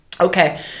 Okay